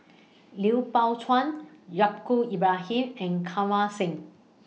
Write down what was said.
Liu Pao Chuen Yaacob Ibrahim and Kirpal Singh